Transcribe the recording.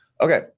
okay